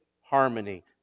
harmony